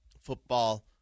football